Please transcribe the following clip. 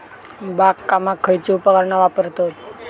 बागकामाक खयची उपकरणा वापरतत?